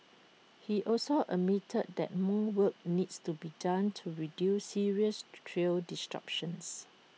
he also admitted that more work needs to be done to reduce serious trail